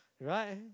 right